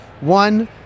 One